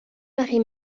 marie